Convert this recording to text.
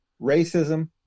racism